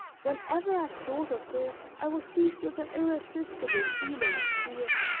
whenever i thought of it i was seized with an irresistible feeling of fear